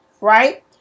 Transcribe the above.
right